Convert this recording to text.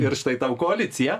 ir štai tau koalicija